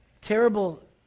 terrible